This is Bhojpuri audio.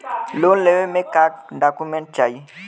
लोन लेवे मे का डॉक्यूमेंट चाही?